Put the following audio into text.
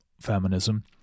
feminism